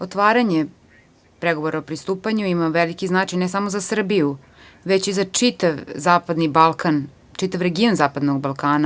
Otvaranje pregovora o pristupanju ima veliki značaj ne samo za Srbiju, već i za čitav zapadni Balkan, čitav region zapadnog Balkana.